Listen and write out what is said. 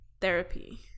Therapy